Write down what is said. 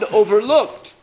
overlooked